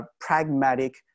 pragmatic